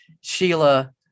Sheila